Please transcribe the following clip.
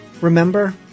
remember